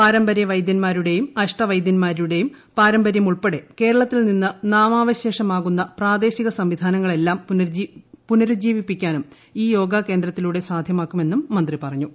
പാരമ്പര്യവൈദ്യൻമാരുടേയും അഷ്ട വൈദ്യൻമാരുടേയും പാരമ്പര്യമുൾപ്പെടെ കേരളത്തിൽ നിന്ന് നാമാവശേഷമാകുന്ന പ്രാദേശിക സംവിധാനങ്ങളെല്ലാം പുനരുജ്ജീവിപ്പിക്കാനും ഈ യോഗ കേന്ദ്രത്തിലൂടെ സാധ്യമാക്കുമെന്നും മന്ത്രി പറഞ്ഞു